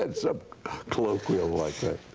and some colloquial like that.